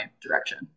direction